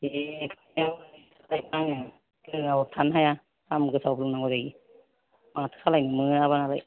दे दा लायहोगोन आङो लोङाबाबो थानो हाया दाम गोसाबाबो लोंनांगौ जायो माथो खालामनो मोनाबो नालाय